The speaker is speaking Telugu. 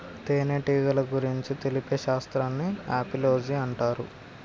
తేనెటీగల గురించి తెలిపే శాస్త్రాన్ని ఆపిలోజి అంటారు